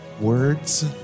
words